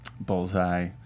bullseye